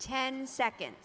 ten second